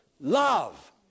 love